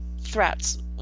threats